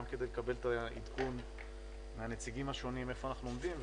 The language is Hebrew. גם כדי לקבל את העדכון מהנציגים השונים איפה אנחנו עומדים,